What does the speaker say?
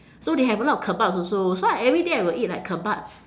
so they have a lot of kebabs also so I every day I will eat like kebab